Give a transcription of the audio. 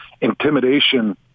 intimidation